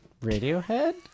Radiohead